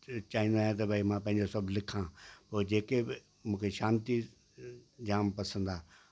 चाहींदो आहियां त भई मां पंहिंजो सभु लिखा पोइ जेके बि मूंखे शांती जाम पसंदि आहे